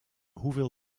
hoeveel